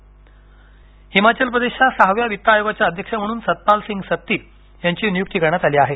सतपाल सिंग हिमाचल प्रदेशच्या सहाव्या वित्त आयोगाचे अध्यक्ष म्हणून सतपाल सिंग सत्ती यांची नियुक्ती करण्यात आली आहे